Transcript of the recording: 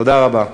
תודה רבה.